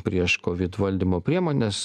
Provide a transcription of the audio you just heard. prieš kovid valdymo priemones